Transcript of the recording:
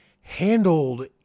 handled